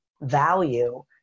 value